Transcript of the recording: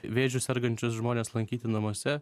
vėžiu sergančius žmones lankyti namuose